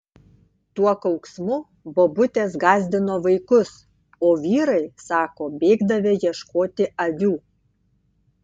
tuo kauksmu bobutės gąsdino vaikus o vyrai sako bėgdavę ieškoti avių